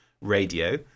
radio